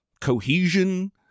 cohesion